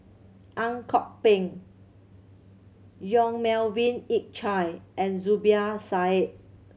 Ang Kok Peng Yong Melvin Yik Chye and Zubir Said